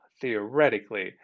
theoretically